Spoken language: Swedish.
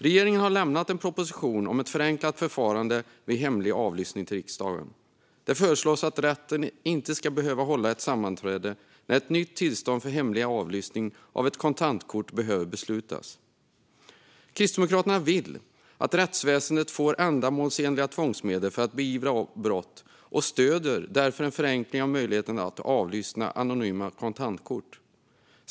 Regeringen har lämnat en proposition om ett förenklat förfarande vid hemlig avlyssning till riksdagen. Det föreslås att rätten inte ska behöva hålla ett sammanträde när ett nytt tillstånd för hemlig avlyssning av ett kontantkort behöver beslutas. Kristdemokraterna vill att rättsväsendet får ändamålsenliga tvångsmedel för att beivra brott och stöder därför en förenkling av möjligheten att avlyssna anonyma kontantkort.